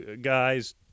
guys